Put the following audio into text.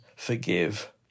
forgive